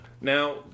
Now